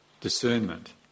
discernment